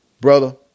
brother